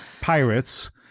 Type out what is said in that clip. pirates